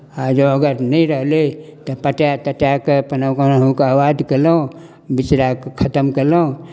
आ जँ अगर नहि रहलै तऽ पटाए तटाए कऽ अपन कोनहुके आबाद कयलहुँ बिचराके खतम कयलहुँ